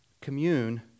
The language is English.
commune